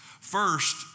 First